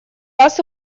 раз